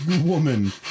woman